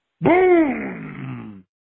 Boom